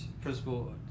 Principal